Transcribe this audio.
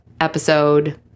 episode